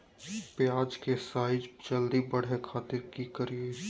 प्याज के साइज जल्दी बड़े खातिर की करियय?